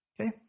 Okay